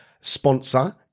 sponsor